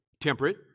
temperate